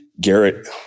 Garrett